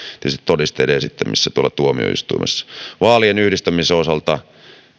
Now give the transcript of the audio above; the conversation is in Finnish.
tietysti todisteiden esittämisessä tuolla tuomioistuimessa vaalien yhdistämisen osalta